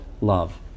love